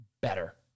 better